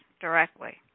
directly